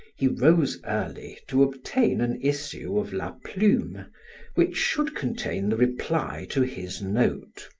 he rose early to obtain an issue of la plume which should contain the reply to his note.